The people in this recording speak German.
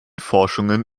forschungen